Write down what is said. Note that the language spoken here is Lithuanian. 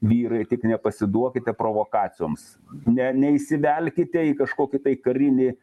vyrai tik nepasiduokite provokacijoms ne neįsivelkite į kažkokį tai karinį